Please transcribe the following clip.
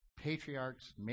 patriarchs